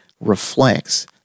reflects